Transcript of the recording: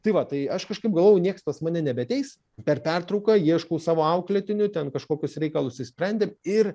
tai va tai aš kažkaip galvojau nieks pas mane nebeateis per pertrauką ieškau savo auklėtinių ten kažkokius reikalus išsprendėm ir